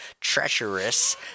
treacherous